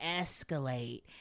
escalate